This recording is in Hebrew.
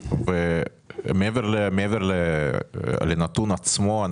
מעבר לנתון עצמו,